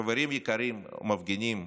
חברים יקרים, מפגינים,